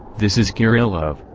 this is kirillov,